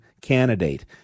candidate